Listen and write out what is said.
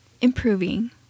improving